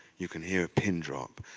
you can hear a pin drop,